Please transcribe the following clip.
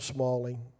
Smalling